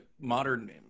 modern